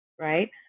Right